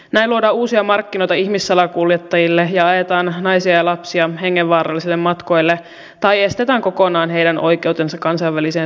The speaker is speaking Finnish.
näin luodaan uusia markkinoita ihmissalakuljettajille ja ajetaan naisia ja lapsia hengenvaarallisille matkoille tai estetään kokonaan heidän oikeutensa kansainväliseen suojeluun